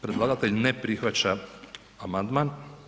Predlagatelj ne prihvaća amandman.